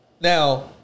Now